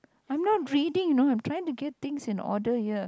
I'm not reading you know I'm trying to get things in order here